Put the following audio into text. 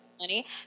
money